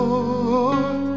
Lord